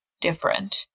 different